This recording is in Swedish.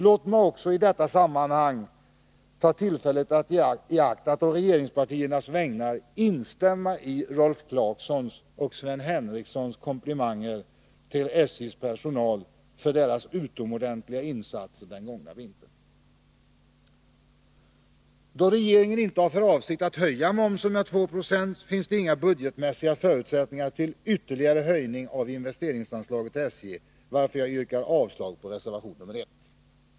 Låt mig i detta sammanhang också ta tillfället i akt att å regeringspartiernas vägnar instämma i Rolf Clarksons och Sven Henricssons komplimanger till SJ:s personal för dess utomordentliga insatser den gångna vintern. Då regeringen inte har för avsikt att höja momsen med 2 96, finns det inga budgetmässiga förutsättningar till ytterligare höjning av investeringsanslaget till SJ, varför jag yrkar avslag på reservation nr 1.